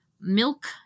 milk